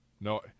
No